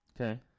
Okay